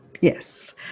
yes